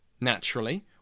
Naturally